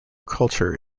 culture